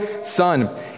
son